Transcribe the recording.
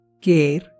care